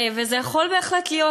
וזה יכול בהחלט להיות,